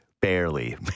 barely